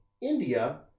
India